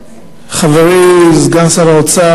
חברי סגן שר האוצר,